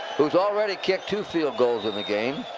who's already kicked two field goals in the game,